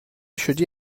شدی